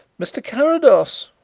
mr. carrados,